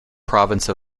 province